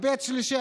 היבט שלישי,